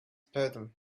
puddle